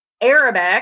arabic